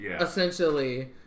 essentially